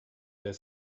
their